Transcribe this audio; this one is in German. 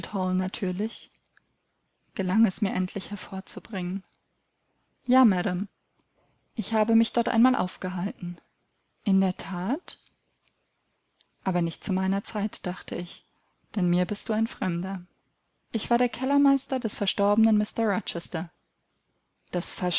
gelang es mir endlich hervorzubringen ja madam ich habe mich dort einmal aufgehalten in der that aber nicht zu meiner zeit dachte ich denn mir bist du ein fremder ich war der kellermeister des verstorbenen